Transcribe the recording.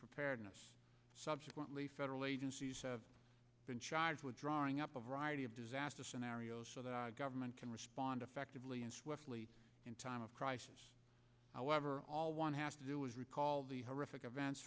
preparedness subsequently federal agencies have been charged with drawing up a variety of disaster scenarios so that government can respond effectively and swiftly in time of crisis however all one has to do is recall the horrific events